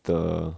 the